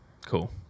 Cool